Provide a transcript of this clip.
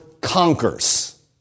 conquers